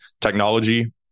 technology